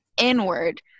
inward